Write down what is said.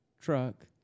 truck